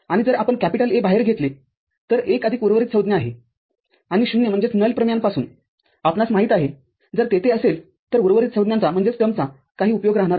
आणि जर आपण A बाहेर घेतले तर१आदिक उर्वरित संज्ञा आहेआणि शून्यप्रमेयांपासून आपणास माहीत आहे जर तेथे असेल तर उर्वरित संज्ञांचा काही उपयोग राहणार नाही